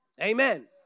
Amen